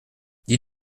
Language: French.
dis